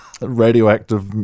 radioactive